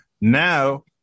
now